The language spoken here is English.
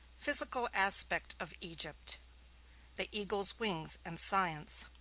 physical aspect of egypt the eagle's wings and science